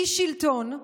איש שלטון,